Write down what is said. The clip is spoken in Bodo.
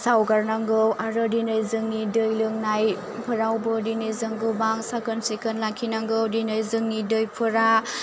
सावगारनांगौ आरो दिनै जोंनि दै लोंनाय फोरावबो दिनै जों गोबां साखोन सिखोन लाखिनांगौ दिनै जोंनि दैफोरा